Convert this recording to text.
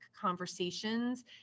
Conversations